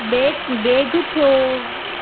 bag बेग थियो